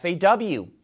FAW